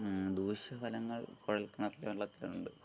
ദൂഷ്യ ഫലങ്ങൾ കുഴൽ കിണറിലെ വെള്ളത്തിൽ ഉണ്ട്